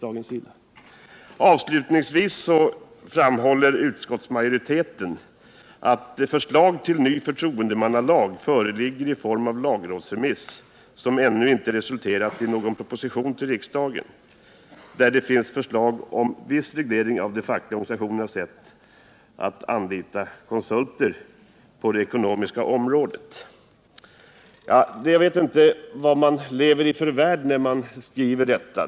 Avslutningsvis framhåller utskottsmajoriteten att förslag till en ny förtroendemannalag föreligger i form av en lagrådsremiss som ännu inte resulterat i någon proposition till riksdagen. Där finns förslag om viss reglering av de fackliga organisationernas rätt att anlita konsulter på det ekonomiska området. Jag vet inte vad man lever i för värld när man skriver detta.